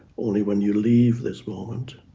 only when you leave this moment,